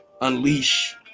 unleash